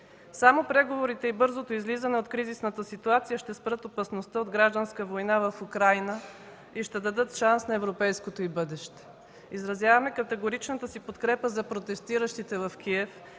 Само преговорите и бързото излизане от кризисната ситуация ще спрат опасността от гражданска война в Украйна и ще дадат шанс на европейското й бъдеще. Изразяваме категоричната си подкрепа за протестиращите в Киев